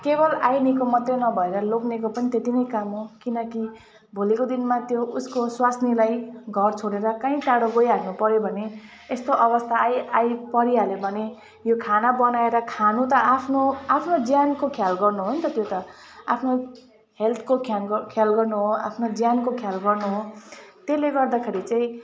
केवल आइमाईको मात्रै नभएर लोग्नेको पनि त्यति नै काम हो किनकि भोलिको दिनमा त्यो उसको स्वास्नीलाई घर छोडेर काहीँ टाढो गइहाल्नु पऱ्यो भने यस्तो अवस्था आई आइपरिहाल्यो भने यो खाना बनाएर खानु त आफ्नो आफ्नो ज्यानको ख्याल गर्नु हो नि त त्यो त आफ्नो हेल्थको ख्याल ग ख्याल गर्नु हो आफ्नो ज्यानको ख्याल गर्नु हो त्यसले गर्दाखेरि चाहिँ